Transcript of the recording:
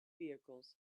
vehicles